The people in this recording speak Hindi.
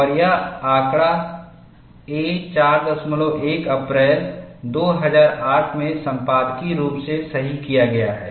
और यह आंकड़ी A41 अप्रैल 2008 में संपादकीय रूप से सही किया गया है